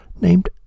named